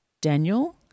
Daniel